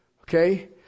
okay